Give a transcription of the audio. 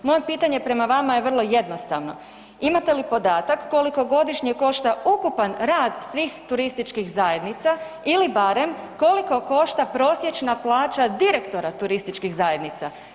Moje pitanje prema vama je vrlo jednostavno, imate li podatak koliko godišnje košta ukupan rad svih turističkih zajednica ili barem koliko košta prosječna plaća direktora turističkih zajednica?